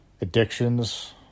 addictions